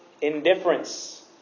indifference